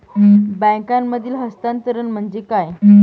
बँकांमधील हस्तांतरण म्हणजे काय?